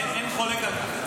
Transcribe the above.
אין חולק על כך.